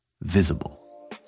visible